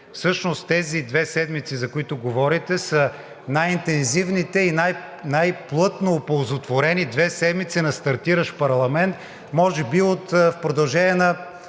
всъщност тези две седмици, за които говорите, са най-интензивните и най-плътно оползотворените две седмици на стартиращ парламент